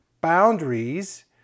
boundaries